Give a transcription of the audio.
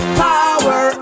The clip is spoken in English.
power